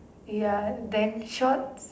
ya then shorts